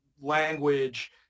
language